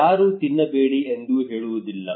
ಯಾರೂ ತಿನ್ನಬೇಡಿ ಎಂದು ಹೇಳುವುದಿಲ್ಲ